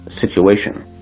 situation